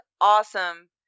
awesome